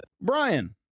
Brian